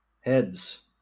Heads